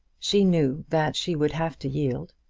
she knew that she would have to yield.